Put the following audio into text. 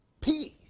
peace